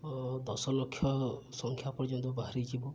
ଦଶ ଲକ୍ଷ ସଂଖ୍ୟା ପର୍ଯ୍ୟନ୍ତ ବାହାରିଯିବ